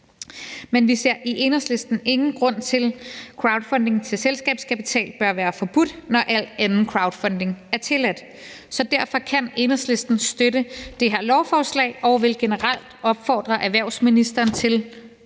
Men vi ser i Enhedslisten ingen grund til, at crowdfunding til selskabskapital bør være forbudt, når al anden crowdfunding er tilladt. Så derfor kan Enhedslisten støtte det her lovforslag, og vi vil generelt opfordre erhvervsministeren til at